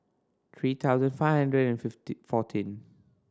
three thousand five hundred and fourteen